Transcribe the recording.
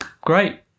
Great